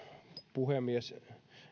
puhemies